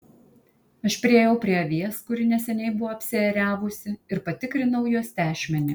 aš priėjau prie avies kuri neseniai buvo apsiėriavusi ir patikrinau jos tešmenį